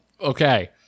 Okay